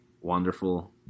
wonderful